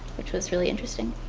which was really interesting.